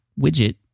widget